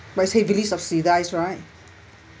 but it's heavily subsidised right